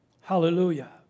Hallelujah